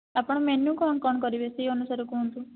ଆପଣ ମେନୁ କ'ଣ କ'ଣ କରିବେ ସେହି ଅନୁସାରେ କୁହନ୍ତୁ